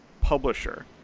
publisher